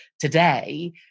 today